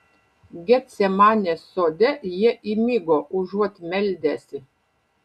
getsemanės sode jie įmigo užuot meldęsi